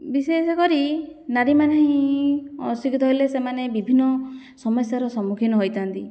ବିଶେଷକରି ନାରୀମାନେ ହିଁ ଅଶିକ୍ଷିତ ହେଲେ ସେମାନେ ବିଭିନ୍ନ ସମସ୍ୟାର ସମ୍ମୁଖୀନ ହୋଇଥାନ୍ତି